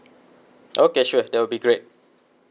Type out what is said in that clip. okay sure that will be great